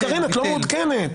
קארין, את לא מעודכנת.